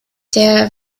der